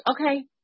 okay